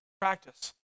practice